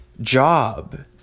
job